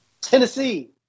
Tennessee